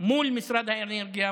מול משרד האנרגיה,